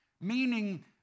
meaning